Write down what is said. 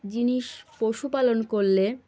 জিনিস পশুপালন করলে